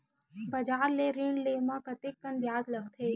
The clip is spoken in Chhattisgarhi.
बजार ले ऋण ले म कतेकन ब्याज लगथे?